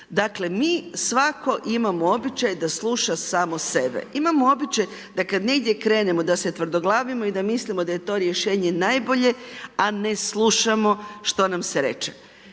Dakle mi svako imamo običaj da sluša samo sebe, imamo običaj da kad negdje krenemo da se tvrdoglavimo i da mislimo da je to rješenje najbolje a ne slušamo što nam se reče.